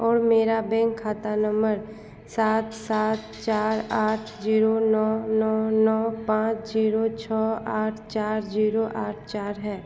और मेरा बैंक खाता नम्बर सात सात चार आठ जीरो नौ नौ नौ पाँच जीरो छः आठ चार जीरो आठ चार है